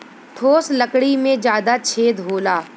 ठोस लकड़ी में जादा छेद होला